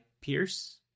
Pierce